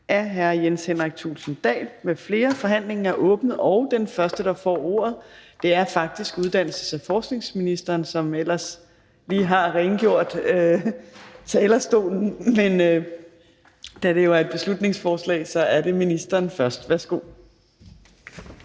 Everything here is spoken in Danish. Fjerde næstformand (Trine Torp): Forhandlingen er åbnet. Og den første, der får ordet, er faktisk uddannelses- og forskningsministeren, som ellers lige har rengjort talerstolen. Da det er et beslutningsforslag, er det jo først ministeren. Værsgo.